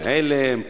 "עלם",